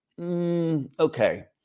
Okay